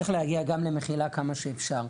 צריך להגיע גם ל"מחילה" כמה שאפשר.